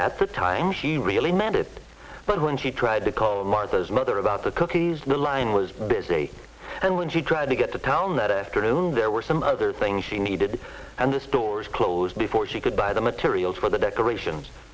at the time she really meant it but when she tried to call mother's mother about the cookies the line was busy and when she tried to get to town that afternoon there were some other things she needed and the stores closed before she could buy the materials for the decorations